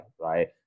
right